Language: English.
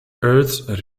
earths